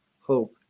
hope